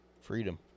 Freedom